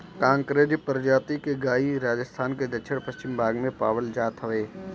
कांकरेज प्रजाति के गाई राजस्थान के दक्षिण पश्चिम भाग में पावल जात हवे